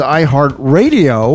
iHeartRadio